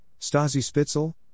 Stasi-Spitzel